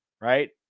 Right